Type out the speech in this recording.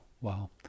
Wow